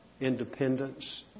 independence